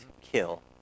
kill